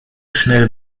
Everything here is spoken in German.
schnell